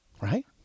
Right